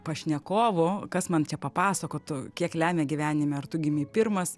pašnekovų kas man čia papasakotų kiek lemia gyvenime ar tu gimei pirmas